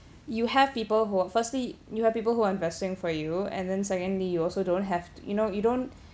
you have people who are firstly you have people who are investing for you and then secondly you also don't have you know you don't